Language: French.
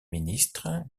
ministre